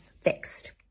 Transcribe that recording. fixed